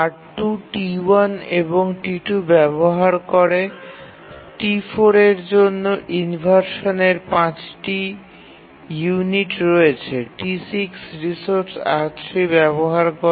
R2 T1 এবং T2 ব্যবহার করে T4 এর জন্য ইনভারশানের ৫ টি ইউনিট রয়েছে T6 রিসোর্স R3 ব্যবহার করে